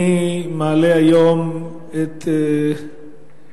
אני מעלה היום כאן את